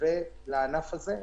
מתווה לענף הזה.